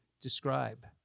describe